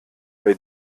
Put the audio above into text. bei